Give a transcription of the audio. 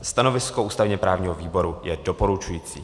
Stanovisko ústavněprávního výboru je doporučující.